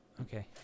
okay